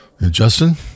Justin